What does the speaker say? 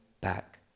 back